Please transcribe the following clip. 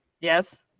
Yes